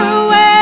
away